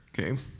okay